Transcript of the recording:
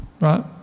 right